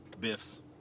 Biff's